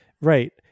Right